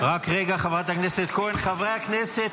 אני מודה לך, אדוני היושב-ראש, ומודה לכם על הקשב.